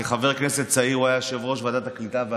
כחבר כנסת צעיר הוא היה יושב-ראש ועדת העלייה והקליטה,